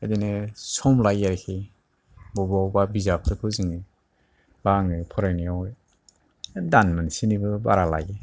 ओरैनो सम लायो आरोखि बबावबा बिजाबफोरखौ जोङो बा आङो फरायनायाव दानमोनसेनिबो बारा लायो